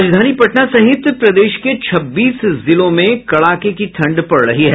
राजधानी पटना सहित प्रदेश के छब्बीस जिले में कड़ाके की ठंड पड़ रही है